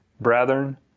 brethren